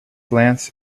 glance